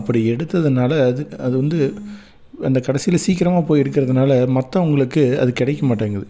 அப்படி எடுத்ததுனால அது அது வந்து அந்த கடைசியில சீக்கரமாக போய் எடுக்கிறதுனால மற்றவங்களுக்கு அது கிடைக்கமாட்டங்குது